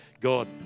God